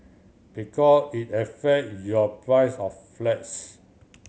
because it affect your price of flats